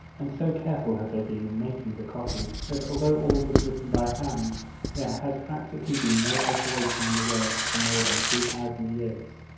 and so careful have they been in making the copies, that although all was written by hand, there has practically been no alteration in the words for more than two thousand years.